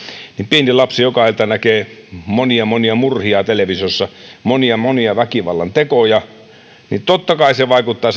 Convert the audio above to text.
pieni lapsi näkee joka ilta monia monia murhia televisiossa monia monia väkivallantekoja niin totta kai se vaikuttaa